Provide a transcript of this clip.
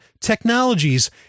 technologies